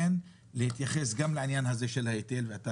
כן להתייחס גם לעניין הזה של ההיטל ואתה